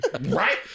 Right